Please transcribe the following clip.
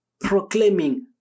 proclaiming